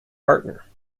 partner